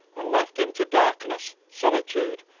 and left him to darkness, solitude,